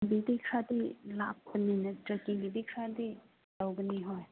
ꯁꯤꯗꯩꯗꯤ ꯈꯔꯗꯤ ꯂꯥꯛꯄꯅꯤ ꯅꯠꯇ꯭ꯔꯗꯤ ꯁꯤꯗꯩꯗꯤ ꯈꯔꯗꯤ ꯇꯧꯒꯅꯤ ꯍꯣꯏ